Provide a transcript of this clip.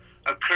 occurred